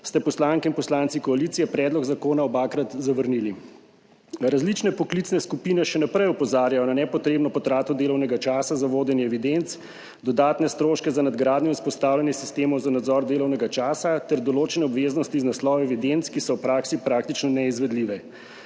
ste poslanke in poslanci koalicije predlog zakona obakrat zavrnili. Različne poklicne skupine še naprej opozarjajo na nepotrebno potrato delovnega časa za vodenje evidenc, dodatne stroške za nadgradnjo in vzpostavljanje sistemov za nadzor delovnega časa ter določene obveznosti iz naslova evidenc, ki so v praksi praktično neizvedljive.